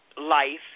life